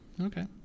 Okay